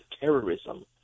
terrorism